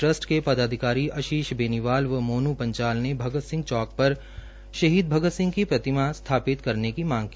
trust के पदाधिकारी अशीष बेनिवाल व मोन् पंचाल ने भगत सिंह चौक पर शहीद भगत सिंह की प्रतिमा स्थापित करने की मांग की